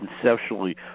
conceptually